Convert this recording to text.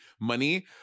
money